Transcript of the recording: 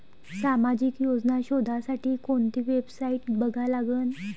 सामाजिक योजना शोधासाठी कोंती वेबसाईट बघा लागन?